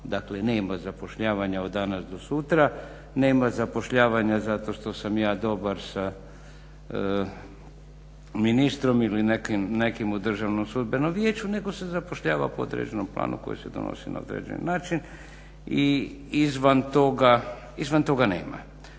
dakle nema zapošljavanja od danas do sutra, nema zapošljavanja zato što sam ja dobar sa ministrom ili nekim u državnom sudbenom vijeću nego se zapošljava po određenom planu koji se odnosi na određeni način i izvan toga nema.